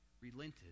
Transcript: relented